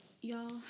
Y'all